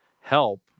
help